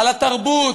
על התרבות,